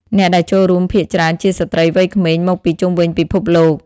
អ្នកដែលចូលរួមភាគច្រើនជាស្រ្តីវ័យក្មេងមកពីជុំវិញពិភពលោក។